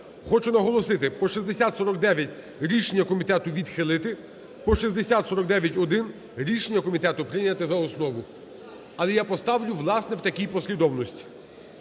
Хочу наголосити, по 6049 рішення комітету - відхилити, по 6049-1 рішення комітету - прийняти за основу. Але я поставлю, власне, в такій послідовності.